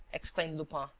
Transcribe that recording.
exclaimed lupin.